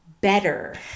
better